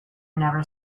never